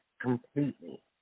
completely